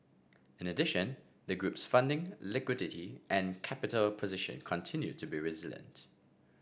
in addition the group's funding liquidity and capital position continued to be resilient